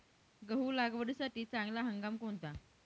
गहू लागवडीसाठी चांगला हंगाम कोणता?